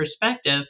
perspective